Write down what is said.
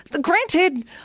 granted